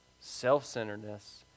self-centeredness